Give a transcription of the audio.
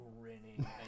grinning